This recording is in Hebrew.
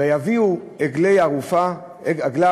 ויביאו עגלה ערופה